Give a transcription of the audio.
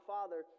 Father